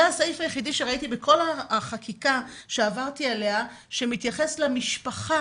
זה הסעיף היחידי שראיתי בכל החקיקה שעברתי עליה שמתייחסת למשפחה,